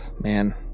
man